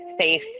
safe